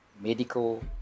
medical